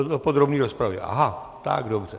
Do podrobné rozpravy, aha, tak dobře.